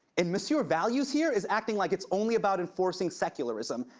and monsieur values here is acting like it's only about enforcing secularism.